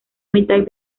mitad